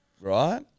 right